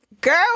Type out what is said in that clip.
girl